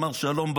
אמר: שלום,